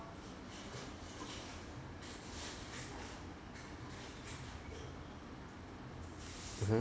mmhmm